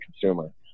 consumer